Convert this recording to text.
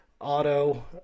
Auto